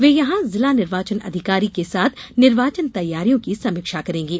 वे यहां जिला निर्वाचन अधिकारी के साथ निर्वाचन तैयारियों की समीक्षा करेंगे